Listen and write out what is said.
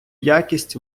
якість